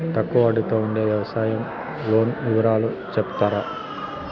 తక్కువ వడ్డీ తో ఉండే వ్యవసాయం లోను వివరాలు సెప్తారా?